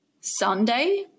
Sunday